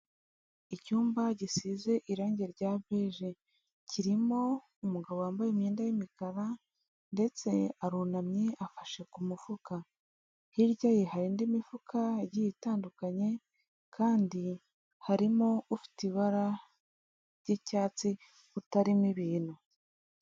Icyumba gisize irange rya beje, kirimo umugabo wambaye imyenda y'imikara ndetse arunamye afashe ku mufuka, hirya ye hari indi mifuka igiye itandukanye kandi harimo ufite ibara ry'icyatsi utarimo ibintu.